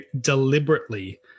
deliberately